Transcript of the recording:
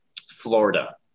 Florida